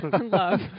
love